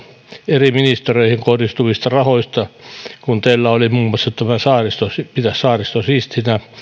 eri ministeriöihin kohdistuvista rahoista niin kun teillä oli muun muassa pidä saaristo siistinä